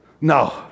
No